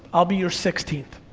i'll be your sixteenth.